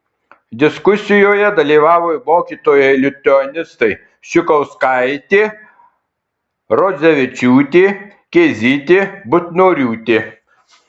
diskusijoje dalyvavo mokytojai lituanistai ščukauskaitė rodzevičiūtė kėzytė butnoriūtė